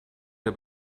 der